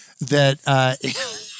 that-